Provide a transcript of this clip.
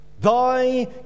Thy